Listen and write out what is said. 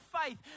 faith